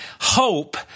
hope